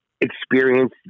experience